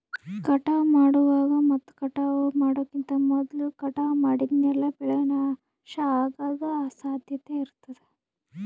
ಕಟಾವ್ ಮಾಡುವಾಗ್ ಮತ್ ಕಟಾವ್ ಮಾಡೋಕಿಂತ್ ಮೊದ್ಲ ಕಟಾವ್ ಮಾಡಿದ್ಮ್ಯಾಲ್ ಬೆಳೆ ನಾಶ ಅಗದ್ ಸಾಧ್ಯತೆ ಇರತಾದ್